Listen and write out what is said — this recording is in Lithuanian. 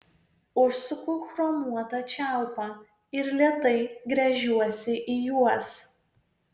užsuku chromuotą čiaupą ir lėtai gręžiuosi į juos